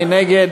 מי נגד?